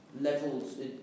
levels